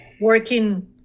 working